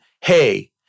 hey